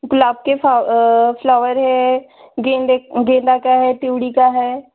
गुलाब के फा फ्लॉवर है गेंदे गेंदा का है तुड़ी का है